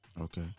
Okay